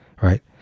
right